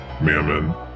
Mammon